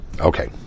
Okay